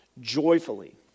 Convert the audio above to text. Joyfully